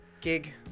gig